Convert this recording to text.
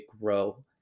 grow